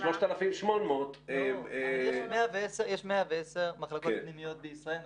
מ-3,800 --- אבל יש 110 מחלקות פנימיות בישראל --- נכון,